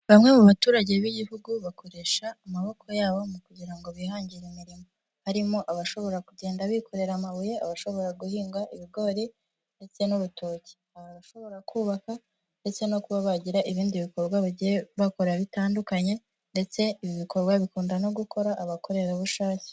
Bamwe mu baturage b'igihugu bakoresha amaboko yabo kugira ngo bihangire imirimo harimo abashobora kugenda bikorera amabuye abashobora guhinga ibigori ndetse n'urutoki abashobora kubaka ndetse no kuba bagira ibindi bikorwa bagiye bakora bitandukanye ndetse ibi bikorwa bikunda no gukora abakorerabushake.